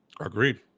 Agreed